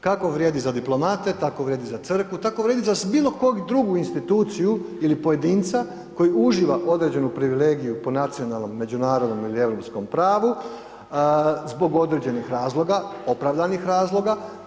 Kako vrijedi za diplomate, tako vrijedi za crkvu, tako vrijedi za bilo koju drugi instituciju ili pojedinca koji uživa određenu privilegiju po nacionalnom, međunarodnom ili europskom pravu zbog određenih razloga opravdanih razloga.